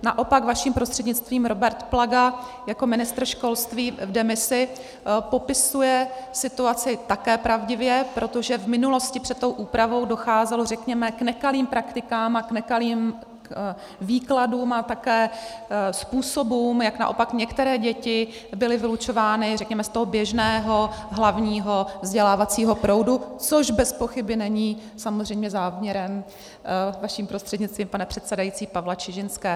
Naopak vaším prostřednictvím Robert Plaga jako ministr školství v demisi popisuje situaci také pravdivě, protože v minulosti před tou úpravou docházelo, řekněme, k nekalých praktikám a k nekalým výkladům a také způsobům, jak naopak některé děti byly vylučovány, řekněme, z toho běžného hlavního vzdělávacího proudu, což bezpochyby není samozřejmě záměrem vaším prostřednictvím, pane předsedající, Pavla Čižinského.